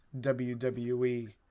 WWE